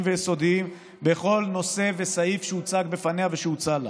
ויסודיים בכל נושא וסעיף שהוצג בפניה ושהוצע לה.